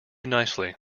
nicely